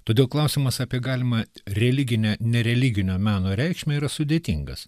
todėl klausimas apie galimą religinio nereliginio meno reikšmę yra sudėtingas